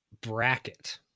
bracket